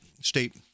State